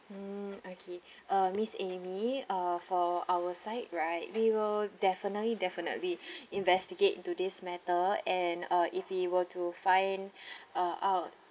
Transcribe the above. mm okay uh miss amy uh for our side right we will definitely definitely investigate into this matter and uh if we were to find uh out